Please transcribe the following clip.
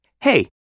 Hey